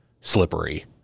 slippery